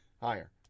higher